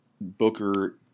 Booker